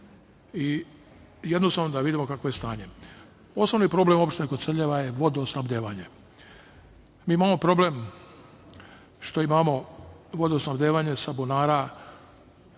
i jednom samo da vidimo kakvo je stanje. Osnovni problem opštine Koceljeva je vodosnabdevanje. Mi imamo problem što imamo vodosnabdevanje sa bunara